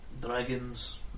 dragons